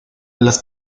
las